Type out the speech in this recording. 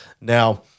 Now